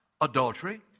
adultery